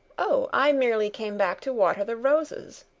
oh, i merely came back to water the roses.